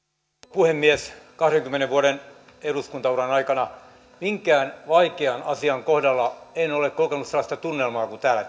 puhemies kahdenkymmenen vuoden eduskuntaurani aikana minkään vaikean asian kohdalla en ole kokenut sellaista tunnelmaa kuin täällä